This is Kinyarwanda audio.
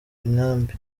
inkambi